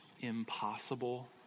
impossible